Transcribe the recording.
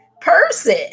person